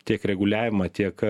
tiek reguliavimą tiek